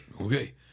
okay